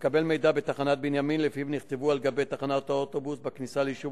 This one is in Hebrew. התקבל מידע בתחנת בנימין שלפיו נכתבו על גבי תחנת האוטובוס בכניסה ליישוב